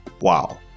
Wow